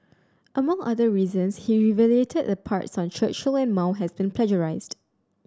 among other reasons he the parts on Churchill and Mao has been plagiarised